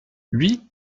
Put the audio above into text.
huit